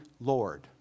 Lord